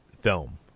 film